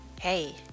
Hey